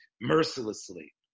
mercilessly